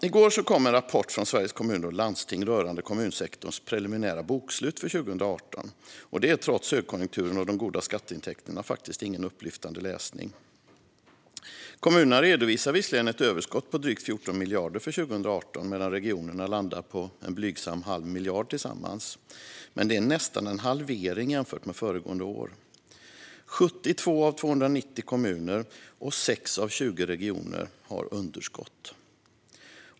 I går kom en rapport från Sveriges Kommuner och Landsting rörande kommunsektorns preliminära bokslut för 2018. Det är trots högkonjunkturen och de goda skatteintäkterna ingen upplyftande läsning. Kommunerna redovisar visserligen ett överskott på drygt 14 miljarder för 2018 medan regionerna landar på en blygsam halv miljard. Det är dock nästan en halvering jämfört med föregående år. Det är 72 av 290 kommuner och 6 av 20 regioner som har underskott.